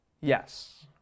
yes